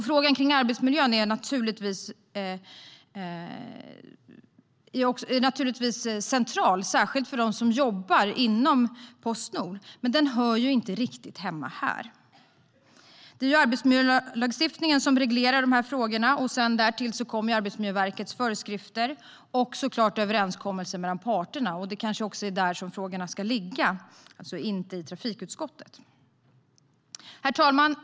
Frågan om arbetsmiljön är naturligtvis central särskilt för dem som jobbar inom Postnord, men den hör inte riktigt hemma här. Det är arbetsmiljölagstiftningen som reglerar de här frågorna, och därtill kommer Arbetsmiljöverkets föreskrifter och såklart överenskommelsen mellan parterna. Det kanske också är där som frågorna ska ligga, och inte i trafikutskottet. Herr talman!